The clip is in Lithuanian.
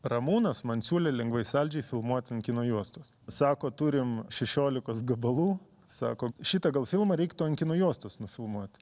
ramūnas man siūlė lengvai saldžiai filmuoti ant kino juostos sako turim šešiolikos gabalų sako šitą gal filmą reiktų ant kino juostos nufilmuot